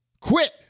Quit